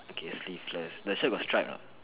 okay sleeveless the shirt got stripe or not